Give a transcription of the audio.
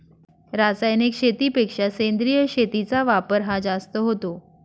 रासायनिक शेतीपेक्षा सेंद्रिय शेतीचा वापर हा जास्त होतो